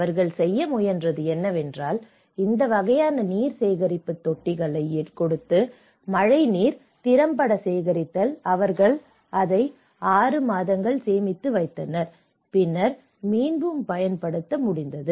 அவர்கள் செய்ய முயன்றது என்னவென்றால் இந்த வகையான நீர் சேகரிப்பு தொட்டிகளைக் கொடுத்து மழைநீரை திறம்பட சேகரித்தல் அவர்கள் அதை 6 மாதங்கள் சேமித்து வைத்தனர் பின்னர் மீண்டும் பயன்படுத்த முடிந்தது